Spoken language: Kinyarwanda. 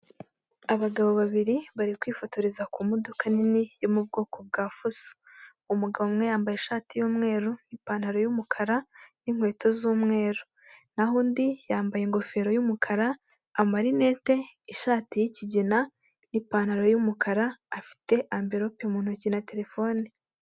Abagabo babiri bari kwifotoreza ku modoka nini yo mu bwoko bwa fuso, umugabo umwe yambaye ishati y'umweru, ipantaro y'umukara n'inkweto z'umweru, naho undi yambaye ingofero y'umukara, amarinete, ishati y'ikigina n'ipantaro y'umukara, afite anverope mu ntoki na terefone.